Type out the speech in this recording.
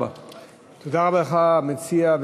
המציע,